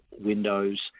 windows